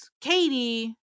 Katie